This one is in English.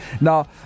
Now